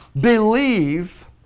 believe